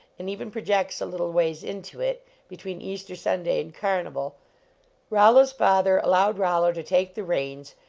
and even projects a little ways into it between easter sunday and carnival rollo s father allowed rollo to take the reins,